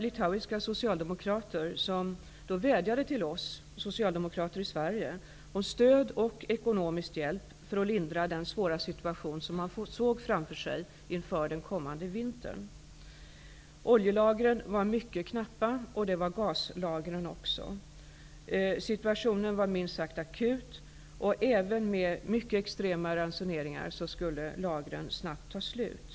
Litauiska socialdemokrater vädjade till oss socialdemokrater om stöd och ekonomisk hjälp för att lindra den svåra situation som man såg framför sig under den kommande vintern. Både olje och gaslagren var mycket knappa. Situationen var minst sagt akut. Även med mycket extrema ransoneringar skulle lagren snabbt ta slut.